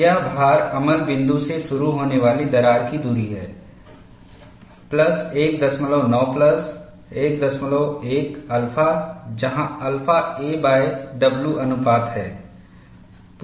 यह भार अमल बिंदु से शुरू होने वाली दरार की दूरी है प्लस 19 प्लस 11 अल्फा जहां अल्फा aw अनुपात है